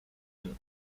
been